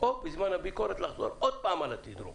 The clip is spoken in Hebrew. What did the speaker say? או שבזמן הביקורת לחזור עוד פעם על התדרוך.